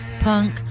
punk